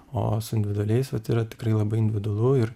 o su individualiais vat yra tikrai labai individualu ir